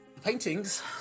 Paintings